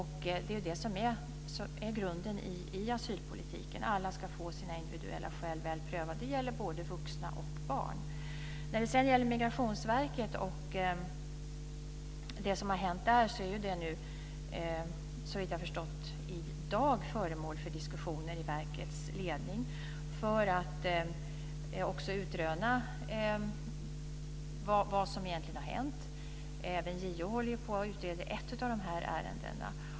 Det är ju det som är grunden i asylpolitiken - alla ska få sina individuella skäl väl prövade. Det gäller både vuxna och barn. När det sedan gäller Migrationsverket och det som har hänt där är det nu, såvitt jag har förstått, i dag föremål för diskussioner i verkets ledning för att man ska utröna vad som egentligen har hänt. Även JO håller på att utreda ett av dessa ärenden.